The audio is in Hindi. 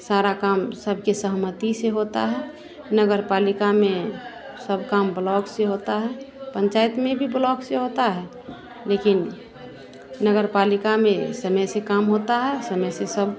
सारा काम सबकी सहमति से होता है नगर पालिका में सब काम ब्लॉक से होता है पंचायत में भी ब्लॉक से होता है लेकिन नगर पालिका में समय से काम होता है और समय से सब